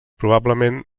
probablement